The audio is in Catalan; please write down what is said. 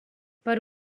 per